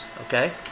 Okay